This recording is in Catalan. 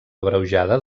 abreujada